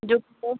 जो फ़ोम